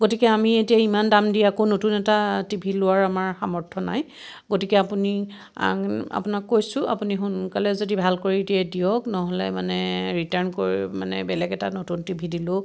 গতিকে আমি এতিয়া ইমান দাম দি আকৌ নতুন এটা টি ভি লোৱাৰ আমাৰ সামৰ্থ নাই গতিকে আপুনি আপোনাক কৈছোঁ আপুনি সোনকালে যদি ভাল কৰি দিয়ে দিয়ক নহ'লে মানে ৰিটাৰ্ণ কৰি মানে বেলেগ এটা নতুন টি ভি দিলেও